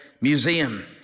Museum